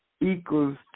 equals